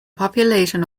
population